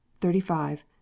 thirty-five